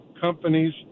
companies